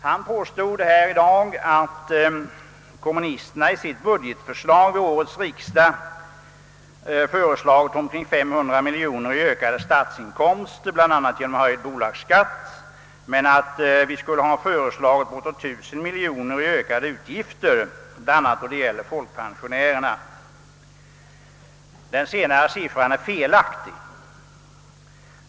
Han påstod här i dag att kommunisterna i sitt budgetförslag till årets riksdag föreslagit omkring 500 miljoner i ökade statsinkomster, bl.a. genom höjd bolagsskatt men att vi skulle ha föreslagit bortåt 1000 miljoner i ökade utgifter, bl.a. då det gäller folkpensionärerna. Den senare siffran är felaktig.